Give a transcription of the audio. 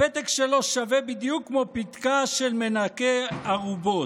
הפתק שלו שווה בדיוק כמו פתקא של מנקה ארובות.